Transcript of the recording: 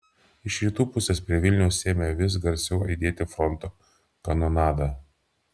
iš rytų pusės prie vilniaus ėmė vis garsiau aidėti fronto kanonada